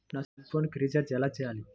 నా సెల్ఫోన్కు రీచార్జ్ ఎలా చేయాలి?